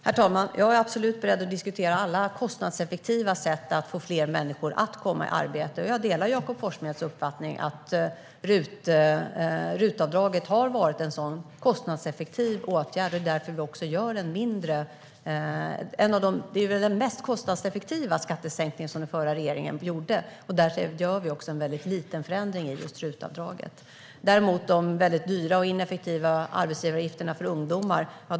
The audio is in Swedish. Herr talman! Jag är absolut beredd att diskutera alla kostnadseffektiva sätt att få fler människor i arbete. Jag delar Jakob Forssmeds uppfattning att RUT-avdraget har varit en sådan kostnadseffektiv åtgärd. Det är väl den mest kostnadseffektiva skattesänkningen som den förra regeringen gjorde, och därför gör vi också en väldigt liten förändring i just RUT-avdraget. Däremot tar vi bort reformen med de dyra och ineffektiva arbetsgivaravgifterna för ungdomar.